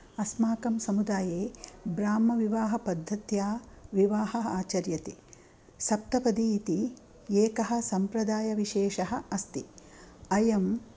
अस्माकं समुदाये ब्राह्मविवाहपद्धत्या विवाहाः आचर्यते सप्तपदी इति एकः सम्प्रदायविशेषः अस्ति अयम्